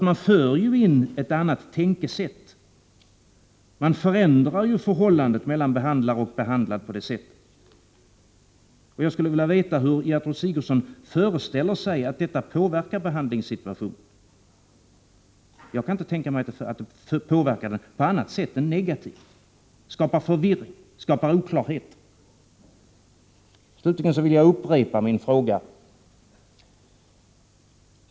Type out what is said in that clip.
Man för ju in ett annat tänkesätt. Man förändrar ju förhållandet mellan behandlare och behandlad på det sättet. Jag skulle vilja veta hur Gertrud Sigurdsen föreställer sig att detta påverkar behandlingssituationen. Jag kan inte tänka mig att det påverkar den på annat sätt än negativt. Det skapar förvirring, det skapar oklarhet. Slutligen vill jag upprepa min fråga.